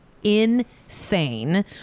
insane